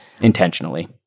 intentionally